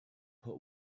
put